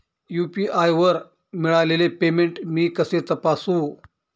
UPI वर मिळालेले payment मी कसे तपासू?